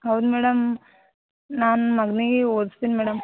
ಹೌದು ಮೇಡಮ್ ನಾನು ಮಗನಿಗೆ ಓದಸ್ತಿನಿ ಮೇಡಮ್